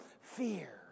fear